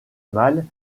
mâle